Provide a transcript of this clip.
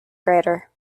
greater